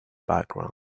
background